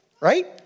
right